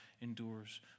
endures